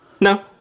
No